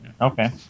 Okay